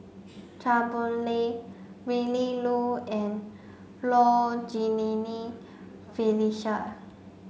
Chua Boon Lay Willin Low and Low Jimenez Felicia